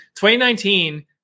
2019